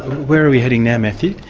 where are we heading now matthew?